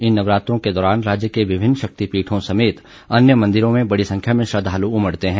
इन नवरात्रो के दौरान राज्य के विभिन्न शक्तिपीठों समेत अन्य मंदिरों में बड़ी संख्या में श्रद्वालु उमड़ते हैं